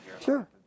Sure